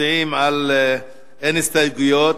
אין הסתייגויות,